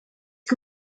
que